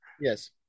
Yes